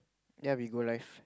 that'll be good life